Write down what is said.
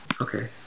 Okay